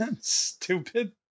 Stupid